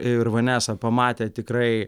ir vanesa pamatė tikrai